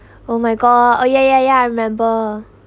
oh my god oh ya ya ya I remember